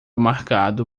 marcado